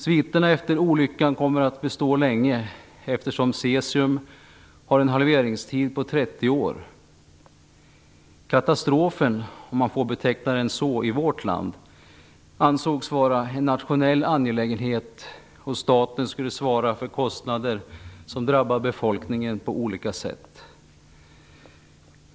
Sviterna efter olyckan kommer att bestå länge, eftersom cesium har en halveringstid på 30 år. Katastrofen, om man får beteckna den så i vårt land, ansågs vara en nationell angelägenhet, och staten skulle svara för kostnader som drabbar befolkningen på olika sätt.